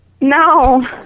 No